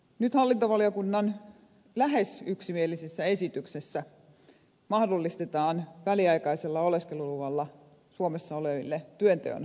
nyt hallintovaliokunnan lähes yksimielisessä esityksessä mahdollistetaan väliaikaisella oleskeluluvalla suomessa oleville työnteko